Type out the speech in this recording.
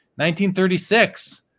1936